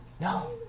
No